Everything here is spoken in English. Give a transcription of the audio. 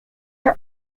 are